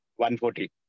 140